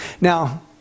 Now